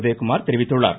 உதயகுமார் தெரிவித்துள்ளார்